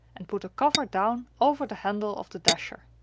and put the cover down over the handle of the dasher.